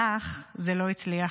לך, זה לא הצליח.